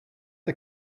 are